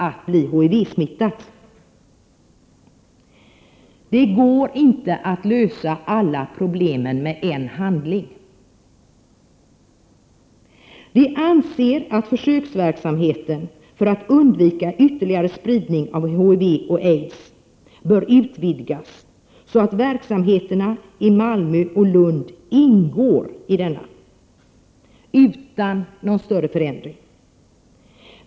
1988/89:105 problem med en handling. 27 april 1989 Vi anser att försöksverksamheten för att undvika ytterligare spridning av HIV och aids bör utvidgas, så att verksamheterna i Malmö och Lund utan någon större förändring ingår i den.